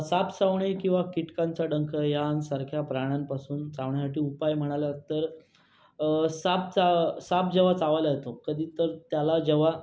साप चावणे किंवा कीटकांचा डंख यांसारख्या प्राण्यांपासून चावण्यासाठी उपाय म्हणालात तर साप चा साप जेव्हा चावायला येतो कधी तर त्याला जेव्हा